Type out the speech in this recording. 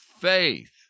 faith